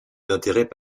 d’intérêt